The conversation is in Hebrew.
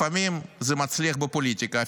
לפעמים זה מצליח בפוליטיקה.